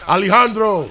Alejandro